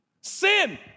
sin